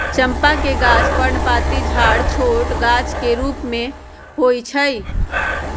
चंपा के गाछ पर्णपाती झाड़ छोट गाछ के रूप में होइ छइ